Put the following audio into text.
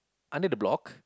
under the block